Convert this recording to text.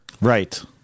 Right